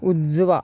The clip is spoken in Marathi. उजवा